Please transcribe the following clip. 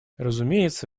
разумеется